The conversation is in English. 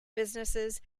businesses